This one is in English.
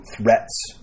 threats